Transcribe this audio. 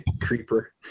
Creeper